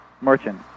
merchant